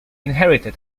inherited